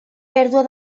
pèrdua